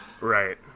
Right